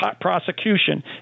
prosecution